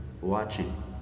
watching